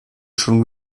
schon